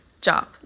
job